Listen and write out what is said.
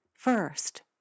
First